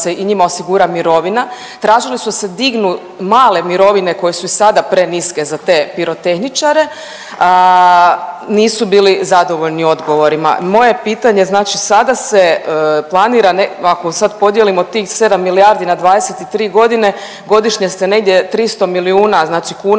i njima osigura mirovina, tražili su da se dignu male mirovine koje su i sada preniske za te pirotehničare, nisu bili zadovoljni odgovorima. Moje pitanje znači sada se planira, ako sad podijelimo tih sedam milijardi na 23 godine godišnje ste negdje 300 milijuna kuna